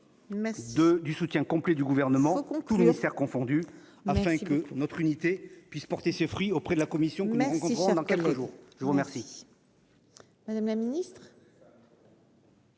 du soutien complet du gouvernement tous les faire confondues afin que notre unité puisse porter ses fruits auprès de la commission, mais encore dans quelques jours, je vous remercie.